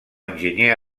enginyer